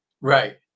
right